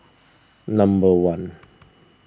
number one